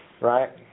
right